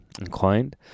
inclined